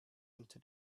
into